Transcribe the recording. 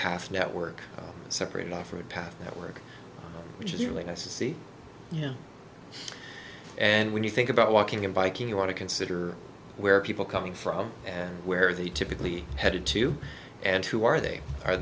path network separate offered path network which is healing i see yeah and when you think about walking and biking you want to consider where people coming from and where they typically headed to and who are they are